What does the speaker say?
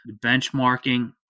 benchmarking